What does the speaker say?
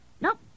Nope